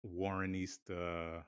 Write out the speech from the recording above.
Warrenista